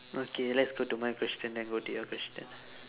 okay let's go to my question then go to your question